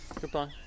goodbye